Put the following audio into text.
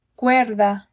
cuerda